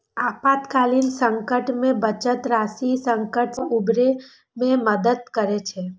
आपातकालीन संकट मे बचत राशि संकट सं उबरै मे मदति करै छै